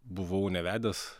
buvau nevedęs